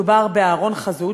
מדובר באהרן חזות,